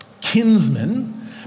kinsman